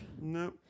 No